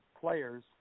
players